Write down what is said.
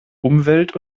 umwelt